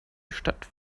stadt